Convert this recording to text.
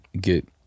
get